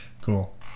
cool